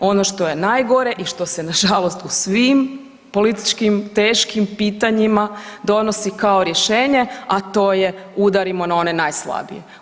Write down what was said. Ono što je najgore i što se nažalost u svim političkim teškim pitanjima donosi kao rješenje, a to je udarimo one najslabije.